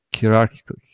Hierarchical